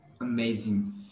Amazing